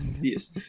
yes